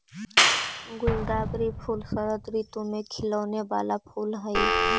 गुलदावरी फूल शरद ऋतु में खिलौने वाला फूल हई